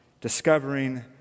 discovering